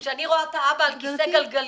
כשאני רואה את האבא על כיסא גלגלים,